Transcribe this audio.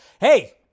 hey